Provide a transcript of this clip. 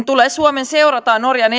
tulee seurata norjan